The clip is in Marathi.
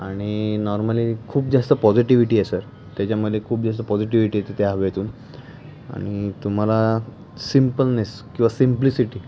आणि नॉर्मली खूप जास्त पॉझिटिव्हिटी आहे सर त्याच्यामध्ये खूप जास्त पॉझिटिव्हिटी येते त्या हवेतून आणि तुम्हाला सिम्पलनेस किंवा सिम्प्लिसिटी